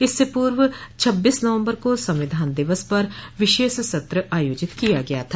इससे पूर्व छब्बीस नवम्बर को संविधान दिवस पर विशेष सत्र आयोजित किया गया था